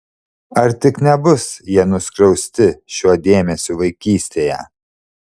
ar tik nebus jie nuskriausti šiuo dėmesiu vaikystėje